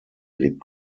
legt